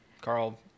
carl